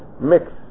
mix